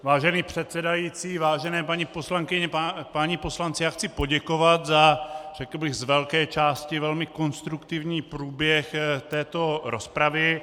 Vážený předsedající, vážené paní poslankyně, páni poslanci, chci poděkovat za řekl bych z velké části velmi konstruktivní průběh této rozpravy.